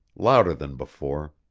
louder than before,